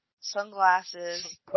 Sunglasses